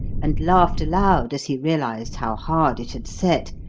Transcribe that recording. and laughed aloud as he realised how hard it had set,